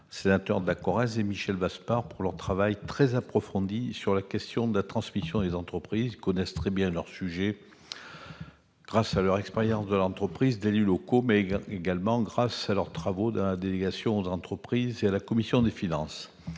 sénateur de la Corrèze, et Michel Vaspart pour leur travail très approfondi sur la transmission des entreprises. Ils connaissent très bien leur sujet, grâce à leur expérience de l'entreprise et d'élus locaux, mais également grâce à leurs travaux au sein de la délégation aux entreprises et de la commission des finances.